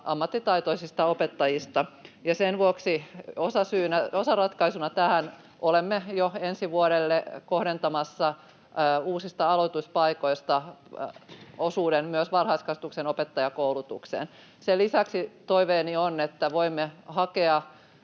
ammattitaitoisista opettajista, ja sen vuoksi osaratkaisuna tähän olemme jo ensi vuodelle kohdentamassa uusista aloituspaikoista osuuden myös varhaiskasvatuksen opettajankoulutukseen. Sen lisäksi toiveeni on, että voimme hakea